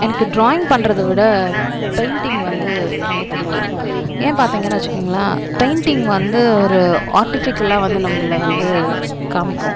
எனக்கு ட்ராயிங் பண்றதை விட பெயிண்டிங் வந்து ரொம்ப பிடிக்கும் ஏன் பார்த்தீங்கனு வச்சுக்கோங்களேன் பெயிண்டிங் வந்து ஒரு ஆர்டிஃபிக்கலாக வந்து நம்பளை வந்து காமிக்கும்